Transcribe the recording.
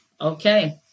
Okay